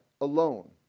alone